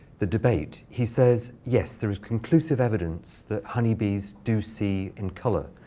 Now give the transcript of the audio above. the debate. he says, yes, there is conclusive evidence that honeybees do see in color,